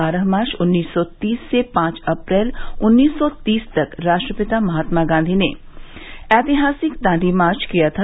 बारह मार्च उन्नीस सौ तीस से पांच अप्रैल उन्नीस सौ तीस तक राष्ट्रपिता महात्मा गांधी ने ऐतिहासिक दांडी मार्च किया था